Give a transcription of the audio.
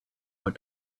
what